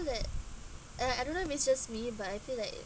that and I I don't know may be just me but I feel like